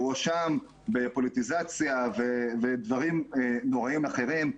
הואשם בפוליטיזציה ובדברים נוראיים אחרים.